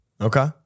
Okay